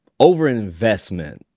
overinvestment